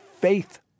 Faith